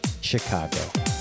Chicago